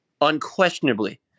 unquestionably